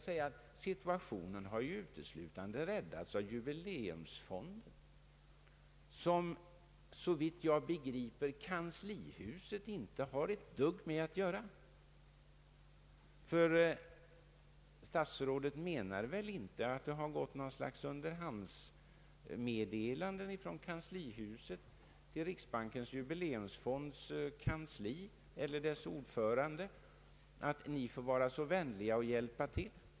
Situationen har uteslutande räddats av jubileumsfonden, som — såvitt jag begriper — kanslihuset inte har ett dugg med att göra. Statsrådet menar väl inte att det gått något slags underhandsmeddelande från kanslihuset till riksbankens jubileumsfonds kansli eller dess ordförande om att de skulle vara så vänliga att hjälpa till?